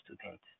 student